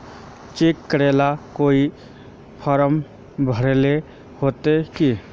Cheque करेला कोई form भरेले होते की?